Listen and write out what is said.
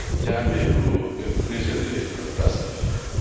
jammeh grew increasingly repressive.